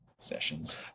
sessions